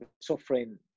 suffering